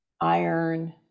iron